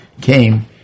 came